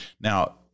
Now